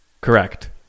Correct